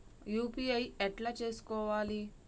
UPI ఎట్లా చేసుకోవాలి?